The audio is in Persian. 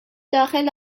داخل